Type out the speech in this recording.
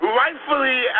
rightfully